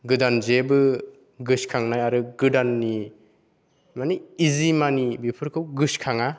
गोदान जेब्बो गोसोखांनाय आरो गोदाननि माने इजि मानि बेफोरखौ गोसोखाङा